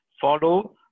follow